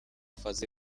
fazil